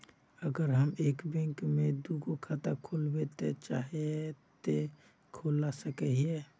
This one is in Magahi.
अगर हम एक बैंक में ही दुगो खाता खोलबे ले चाहे है ते खोला सके हिये?